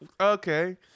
okay